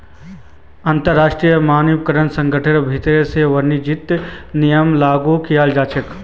अंतरराष्ट्रीय मानकीकरण संगठनेर भीति से वाणिज्यिक नियमक लागू कियाल जा छे